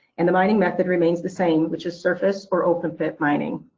and the mining method remains the same, which is surface, or open-pit, mining.